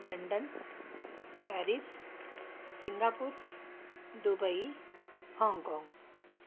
London Paris Singapore Dubai Hong Kong